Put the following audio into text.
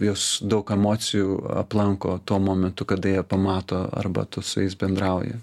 juos daug emocijų aplanko tuo momentu kada jie pamato arba tu su jais bendrauji